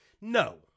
no